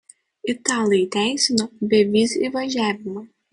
italai įteisino bevizį įvažiavimą